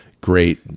great